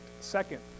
Second